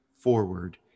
forward